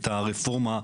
את הרפורמה.